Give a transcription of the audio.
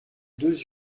deux